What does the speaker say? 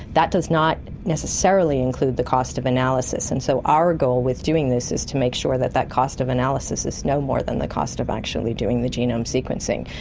that does not necessarily include the cost of analysis, and so our goal with doing this is to make sure that that cost of analysis is no more than the cost of actually doing the genome sequencing.